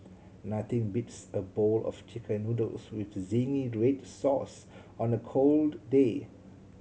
nothing beats a bowl of Chicken Noodles with zingy red sauce on the cold day